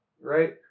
right